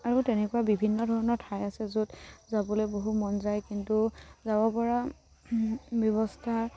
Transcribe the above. আৰু তেনেকুৱা বিভিন্ন ধৰণৰ ঠাই আছে য'ত যাবলৈ বহু মন যায় কিন্তু যাব পৰা ব্যৱস্থা